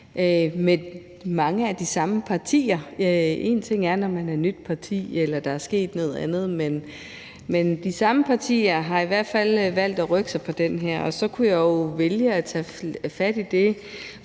vi stod sidste år. Én ting er, når man er et nyt parti, eller der er sket noget andet, men de samme partier har i hvert fald valgt at rykke sig i det her, og så kunne jeg jo vælge at tage fat i det,